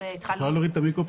ואז התחיל תהליך מייגע,